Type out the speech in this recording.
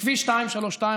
כביש 232,